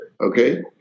okay